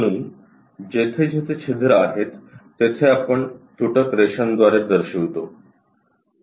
म्हणून जेथे जेथे छिद्र आहेत तेथे आपण तुटक रेषांद्वारे दर्शवितो